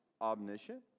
omniscient